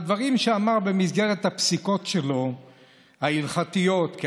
על דברים שאמר במסגרת הפסיקות ההלכתיות שלו,